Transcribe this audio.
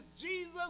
Jesus